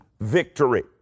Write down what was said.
victory